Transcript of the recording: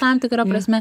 tam tikra prasme